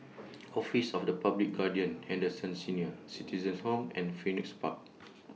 Office of The Public Guardian Henderson Senior Citizens' Home and Phoenix Park